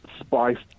Spiced